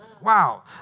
Wow